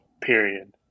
period